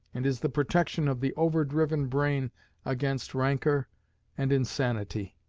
and is the protection of the overdriven brain against rancor and insanity.